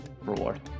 reward